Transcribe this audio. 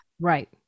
Right